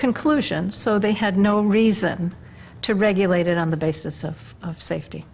conclusion so they had no reason to regulate it on the basis of safety